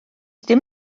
dim